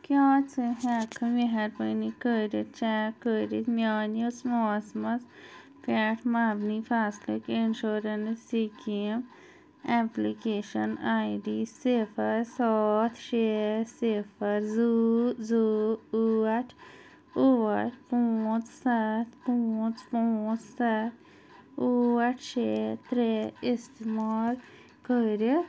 کیٛاہ ژٕ ہٮ۪ککھہٕ مہربٲنی کٔرِتھ چٮ۪ک کٔرِتھ میٛانِس موسمس پٮ۪ٹھ مبنی فصلٕکۍ insurance scheme application I D صِفر ساتھ شےٚ صِفر زٕ زٕ ٲٹھ ٲٹھ پانٛژھ سَتھ پانٛژھ پانٛژھ سَتھ ٲٹھ شےٚ ترٛےٚ اِستعمال کٔرِتھ